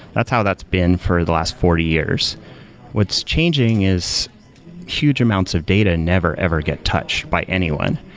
that's how that's been for the last forty years what's changing is huge amounts of data never ever get touched by anyone.